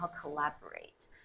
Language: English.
collaborate